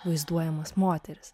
vaizduojamas moteris